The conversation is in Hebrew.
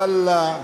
ואללה,